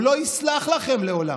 הוא לא יסלח לכם לעולם,